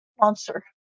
monster